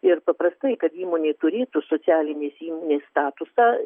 ir paprastai kad įmonė turėtų socialinės įmonės statusą